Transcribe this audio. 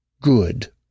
Good